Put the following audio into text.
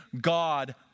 God